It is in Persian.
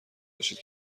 باشید